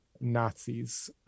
Nazis